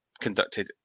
conducted